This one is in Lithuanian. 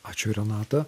ačiū renata